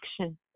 action